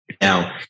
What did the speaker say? Now